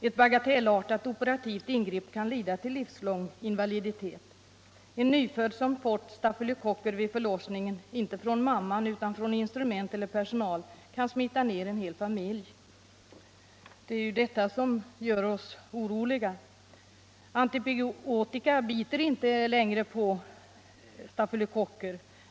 Ett bagatellartat operativt ingrepp kan leda till livslång invaliditet. En nyfödd som fått stafylokocker vid förlossningen — inte från mamman utan från instrument eller personal — kan smitta ner en hel familj. Det är detta som gör oss oroliga. Antibiotika biter inte längre på stafylokocker.